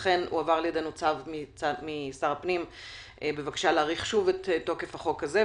לכן הועבר אלינו צו משר הפנים בבקשה להאריך שוב את תוקף הצו הזה.